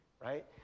right